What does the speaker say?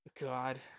god